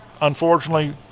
Unfortunately